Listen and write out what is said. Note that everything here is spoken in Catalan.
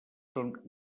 són